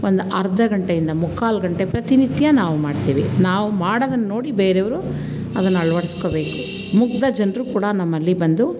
ಒಂದು ಅರ್ಧ ಗಂಟೆಯಿಂದ ಮುಕ್ಕಾಲು ಗಂಟೆ ಪ್ರತಿನಿತ್ಯ ನಾವು ಮಾಡ್ತೀವಿ ನಾವು ಮಾಡೋದನ್ನು ನೋಡಿ ಬೇರೆಯವರು ಅದನ್ನು ಅಳವಡಿಸ್ಕೊಳ್ಬೇಕು ಮುಗ್ಧ ಜನರು ಕೂಡ ನಮ್ಮಲ್ಲಿ ಬಂದು